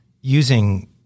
using